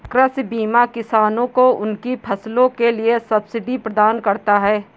कृषि बीमा किसानों को उनकी फसलों के लिए सब्सिडी प्रदान करता है